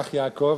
אח יעקב,